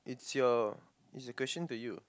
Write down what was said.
is your is your question to you